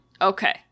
Okay